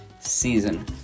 season